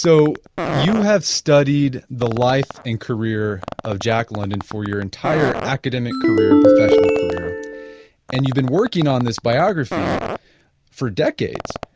so you have studied the life and career of jack london for your entire academic career and professional career and you've been working on this biography for decades.